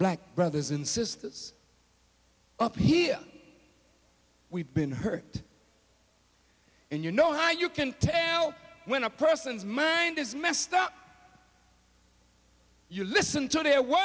like brothers and sisters up here we've been hurt and you know how you can tell when a person's mind is messed up you listen to their w